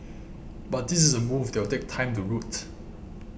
but this is a move that will take time to root